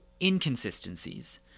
inconsistencies